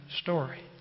story